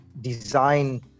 design